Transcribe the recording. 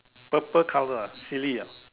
purple colour ah silly ah